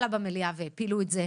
עלה במליאה והפילו את זה,